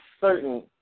certain